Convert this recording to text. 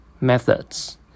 Methods